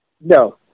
No